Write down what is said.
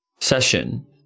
session